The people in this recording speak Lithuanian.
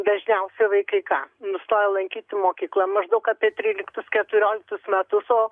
dažniausiai vaikai ką nustoja lankyti mokyklą maždaug apie tryliktus keturioliktus metus o